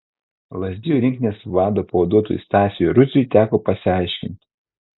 lazdijų rinktinės vado pavaduotojui stasiui rudziui teko pasiaiškinti